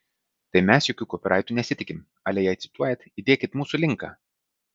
tai mes jokių kopyraitų nesitikim ale jei cituojat įdėkit mūsų linką